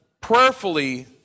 prayerfully